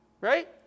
right